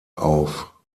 auf